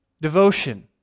devotion